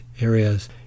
areas